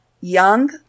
young